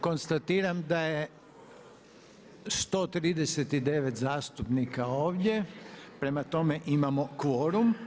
Konstatiram da je 139 zastupnika ovdje, prema tome imamo kvorum.